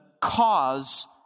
cause